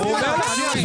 אני אענה לך, גברתי.